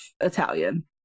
Italian